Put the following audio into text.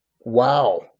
Wow